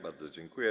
Bardzo dziękuję.